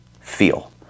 feel